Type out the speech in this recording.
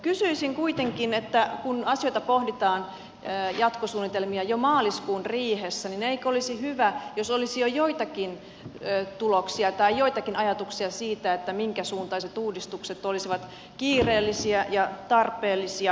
kysyisin kuitenkin että kun asioita pohditaan jatkosuunnitelmia jo maaliskuun riihessä niin eikö olisi hyvä jos olisi jo joitakin tuloksia tai joitakin ajatuksia siitä minkä suuntaiset uudistukset olisivat kiireellisiä ja tarpeellisia